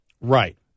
Right